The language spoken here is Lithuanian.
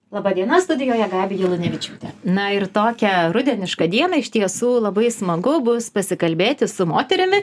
laba diena studijoje gabija lunevičiūtė na ir tokią rudenišką dieną iš tiesų labai smagu bus pasikalbėti su moterimi